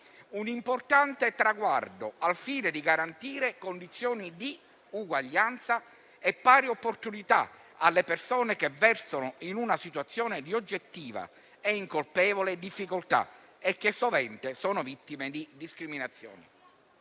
un importante traguardo al fine di garantire condizioni di uguaglianza e pari opportunità alle persone che versano in una situazione di oggettiva e incolpevole difficoltà e che sovente sono vittime di discriminazioni.